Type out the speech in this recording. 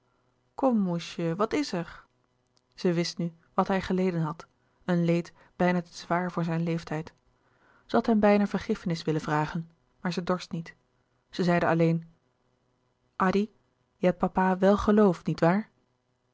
kom moesje wat is er zij wist nu wat hij geleden had een leed bijna te zwaar voor zijn leeftijd zij had hem bijna vergiffenis willen vragen maar zij dorst niet zij zeide alleen addy je hebt papa wèl geloofd niet waar